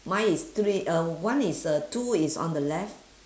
mine is three uh one is uh two is on the left